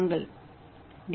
நாங்கள் டி